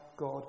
God